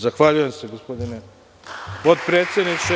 Zahvaljujem se, gospodine potpredsedniče.